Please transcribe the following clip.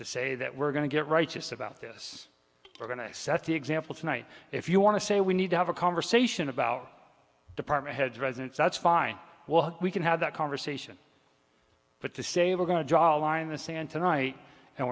to say that we're going to get righteous about this we're going to set the example tonight if you want to say we need to have a conversation about department heads residence that's fine well we can have that conversation but to say we're going to draw a line in the sand tonight and